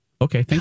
Okay